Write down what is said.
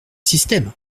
système